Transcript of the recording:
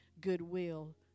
goodwill